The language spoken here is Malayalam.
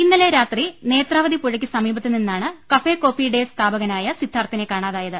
ഇന്നലെ രാത്രിനേത്രാവതി പുഴയ്ക്ക് സമീ പത്ത് നിന്നാണ് കഫേ കോഫീ ഡേ സ്ഥാപകനായ സിദ്ധാർത്ഥിനെ കാണാതായത്